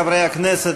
חברי הכנסת,